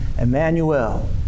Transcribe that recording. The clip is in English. Emmanuel